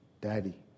Daddy